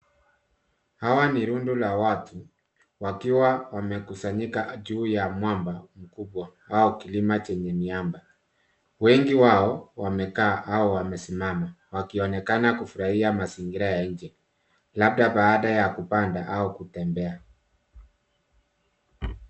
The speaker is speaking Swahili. Hawa ni rundo la watu wakiwa wamekusanyika juu ya mwamba mkubwa au kilima chenye miamba. Wengi wao wamekaa au wamesimama wakionekana kufurahia mazingira ya nje labda baada ya kupanda au kutembea.